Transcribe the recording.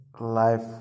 life